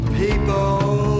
people